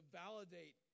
validate